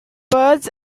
birds